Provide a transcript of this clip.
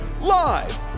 live